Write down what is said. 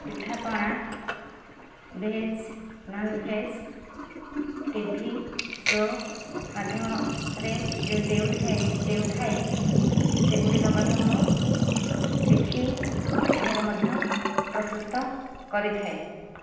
ପିଠାପଣା veg non veg TV show ମାଧ୍ୟମରେ ଯେଉଁ ଦେଉଥାଏ ଦେଉଥାଏ ସେଗୁଡ଼ିକ ମଧ୍ୟ ମୁଁ ଶିଖି ଘରେ ମଧ୍ୟ ପ୍ରସୁସ୍ତ କରିଥାଏ